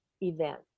event